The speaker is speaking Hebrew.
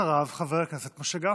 אחריו, חבר הכנסת משה גפני.